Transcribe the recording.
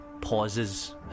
pauses